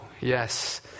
yes